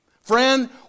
Friend